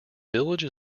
village